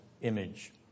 image